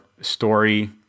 story